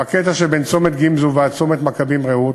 בקטע שבין צומת גמזו ועד צומת מכבים-רעות,